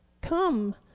come